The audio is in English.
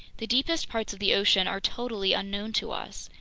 the deepest parts of the ocean are totally unknown to us.